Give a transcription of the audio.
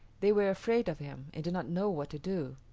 they were afraid of him and did not know what to do.